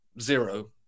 zero